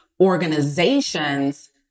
organizations